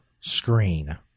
screen